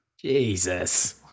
Jesus